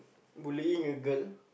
bullying a girl